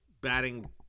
batting